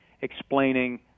explaining